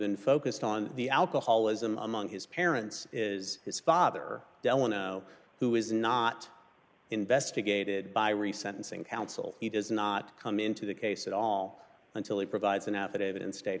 been focused on the alcoholism among his parents is his father delano who is not investigated by re sentencing counsel he does not come into the case at all until he provides an affidavit and state